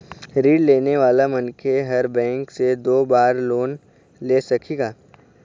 ऋण लेने वाला मनखे हर बैंक से दो बार लोन ले सकही का?